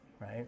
right